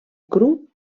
cru